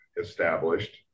established